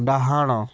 ଡାହାଣ